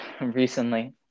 recently